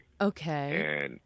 Okay